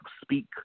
speak